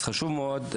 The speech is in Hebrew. אז חשוב מאוד,